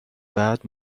بعد